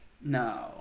no